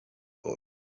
boy